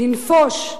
לנפוש,